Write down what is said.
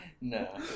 no